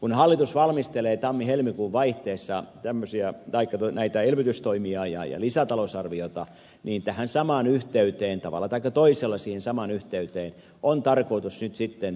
kun hallitus valmistelee tammihelmikuun vaihteessa näitä elvytystoimia ja lisätalousarviota niin tähän samaan yhteyteen tavalla taikka toisella siihen samaan yhteyteen on tarkoitus